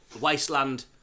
wasteland